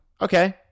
okay